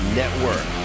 network